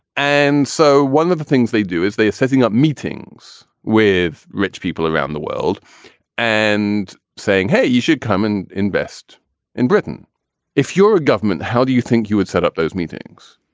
and so one of the things they do is they are setting up meetings with rich people around the world and saying, hey, you should come and invest in britain if you're a government. how do you think you would set up those meetings?